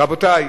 רבותי,